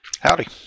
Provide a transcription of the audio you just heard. howdy